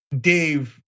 Dave